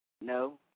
No